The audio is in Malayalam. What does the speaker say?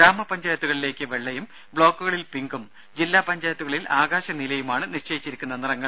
ഗ്രാമപഞ്ചായത്തുകളിലേക്ക് വെള്ളയും ബ്ലോക്കുകളിൽ പിങ്കും ജില്ലാ പഞ്ചായത്തുകളിൽ ആകാശ നീലയുമാണ് നിശ്ചയിച്ചിരിക്കുന്ന നിറങ്ങൾ